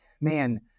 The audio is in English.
man